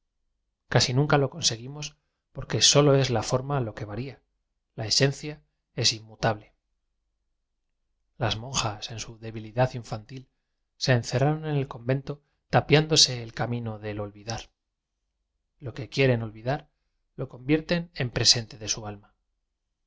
casi nunca lo conseguimos por que solo es la forma lo que varía la esencia es inmutable las monjas en su debilidad infantil se encerraron en el convento tapiándose el camino del olvidar lo que quieren olvi dar lo convierten en presente de su alma